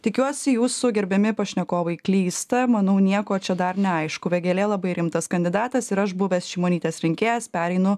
tikiuosi jūsų gerbiami pašnekovai klysta manau nieko čia dar neaišku vėgėlė labai rimtas kandidatas ir aš buvęs šimonytės rinkėjas pereinu